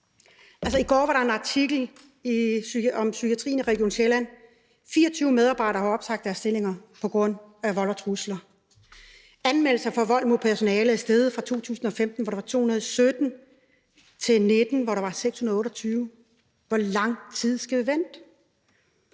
i går var der en artikel om psykiatrien i Region Sjælland: 24 medarbejdere har opsagt deres stillinger på grund af vold og trusler. Anmeldelser for vold mod personale er steget fra 2015, hvor der var 217, til 2019, hvor der var 628. Hvor lang tid skal vi vente?